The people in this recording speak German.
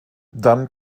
dann